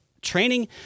Training